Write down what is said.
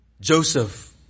Joseph